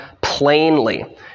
plainly